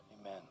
amen